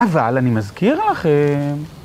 אבל אני מזכיר לכם...